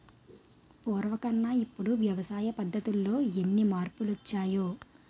పూర్వకన్నా ఇప్పుడు వ్యవసాయ పద్ధతుల్లో ఎన్ని మార్పులొచ్చాయో